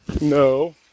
No